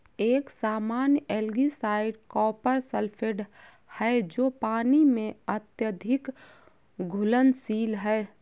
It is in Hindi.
एक सामान्य एल्गीसाइड कॉपर सल्फेट है जो पानी में अत्यधिक घुलनशील है